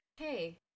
Hey